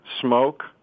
smoke